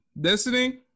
Destiny